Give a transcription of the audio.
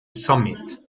summit